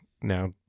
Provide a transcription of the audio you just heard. now